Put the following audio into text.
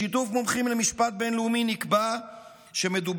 בשיתוף מומחים למשפט בין-לאומי נקבע שמדובר